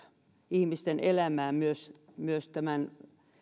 ihmisten elämää myös myös tämän